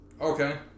Okay